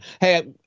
hey